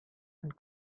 and